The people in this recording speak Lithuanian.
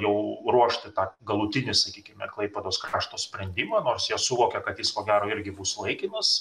jau ruošti tą galutinį sakykime klaipėdos krašto sprendimą nors jie suvokia kad jis ko gero irgi bus laikinas